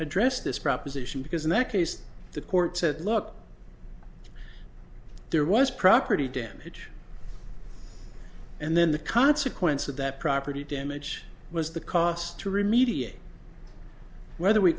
address this proposition because in that case the court said look there was property damage and then the consequence of that property damage was the cost to remediate whether we